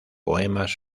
poemas